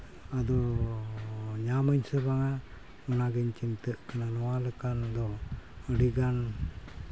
ᱟᱫᱚ ᱧᱟᱢ ᱟᱹᱧ ᱥᱮ ᱵᱟᱝᱟ ᱚᱱᱟᱜᱮᱧ ᱪᱤᱱᱛᱟᱹᱜ ᱠᱟᱱᱟ ᱱᱚᱣᱟ ᱞᱮᱠᱟᱱ ᱫᱚ ᱟᱹᱰᱤ ᱜᱟᱱ